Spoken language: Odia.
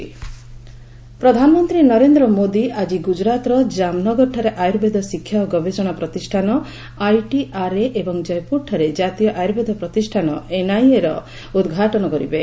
ପିଏମ୍ ଆୟୁର୍ବେଦ ପ୍ରଧାନମନ୍ତ୍ରୀ ନରେନ୍ଦ୍ର ମୋଦୀ ଆଜି ଗୁଜରାତର ଜାମନଗରଠାରେ ଆୟୁର୍ବେଦ ଶିକ୍ଷା ଓ ଗବେଷଣା ପ୍ରତିଷ୍ଠାନ ଆଇଟିଆର୍ଏ ଏବଂ ଜୟପୁରଠାରେ ଜାତୀୟ ଆୟୁର୍ବେଦ ପ୍ରତିଷ୍ଠାନ ଏନ୍ଆଇଏର ଉଦ୍ଘାଟନ କରିବେ